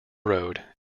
road